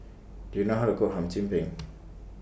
Do YOU know How to Cook Hum Chim Peng